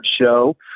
show